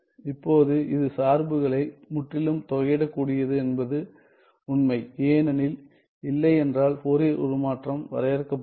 இப்போது இது சார்புகளை முற்றிலும் தொகையிடக்கூடியது என்பது உண்மைஏனெனில் இல்லை என்றால் ஃபோரியர் உருமாற்றம் வரையறுக்கப்படாது